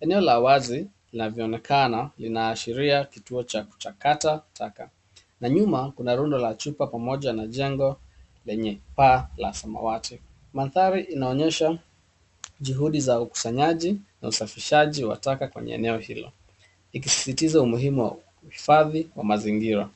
Eneo la wazi linavyoonekana linaashiria kituo cha kuchakata taka na nyuma kuna rundo la chupa pamoja na jengo lenye paa la samawati. Mandhari inaonyesha juhudi za ukusanyaji na usafishaji wa taka kwenye eneo hilo ikisisitiza umuhimu wa uhifadhi wa mazingira